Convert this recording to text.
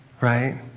right